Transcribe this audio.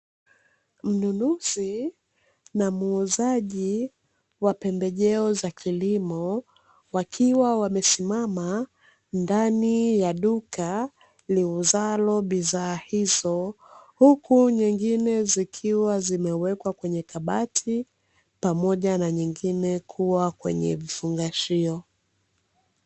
Mnunuzi na muuzaji wa pembejeo za kilimo wakiwa wamesimama ndani ya duka liuzalo bidhaa hizo huku nyingine zikiwa zimewekwa kwenye kabati pamoja na nyingine kuwa kwenye vifungashio.